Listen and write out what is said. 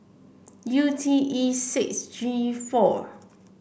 U T E six G four